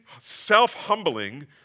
self-humbling